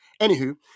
Anywho